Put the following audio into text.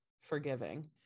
forgiving